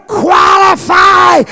qualify